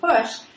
push